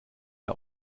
der